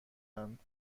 اند